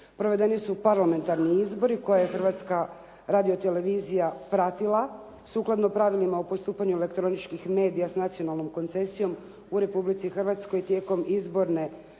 Provedeni su parlamentarni izbori koje je Hrvatska radiotelevizija pratila sukladno pravilima o postupanju elektroničkih medija s nacionalnom koncesijom u Republici Hrvatskoj tijekom izborne